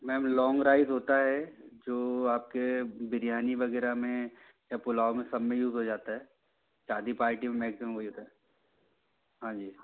ma'am long rice होता है जो आपके बिरयानी वग़ैरह में या पुलाव में सब में यूज़ हो जाता है शादी पार्टी में मैक्सिमम वही होता है हाँ जी